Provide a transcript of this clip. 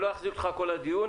אני לא אחזיק אותך כל הדיון.